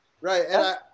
Right